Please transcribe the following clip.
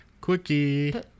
Quickie